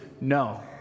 No